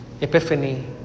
Epiphany